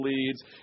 leads